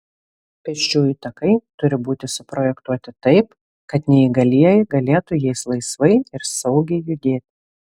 pėsčiųjų takai turi būti suprojektuoti taip kad neįgalieji galėtų jais laisvai ir saugiai judėti